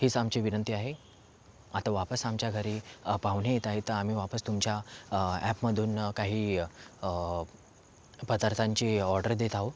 हीच आमची विनंती आहे आता वापस आमच्या घरी पाव्हणे येत आहेत तर आम्ही वापस तुमच्या ॲपमधून काही पदार्थांची ऑर्डर देत आहो